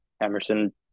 Emerson